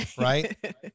right